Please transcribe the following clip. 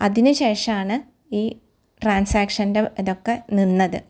അതിന് ശേഷമാണ് ഈ ട്രാൻസാക്ഷൻ്റെ ഇതൊക്കെ നിന്നത്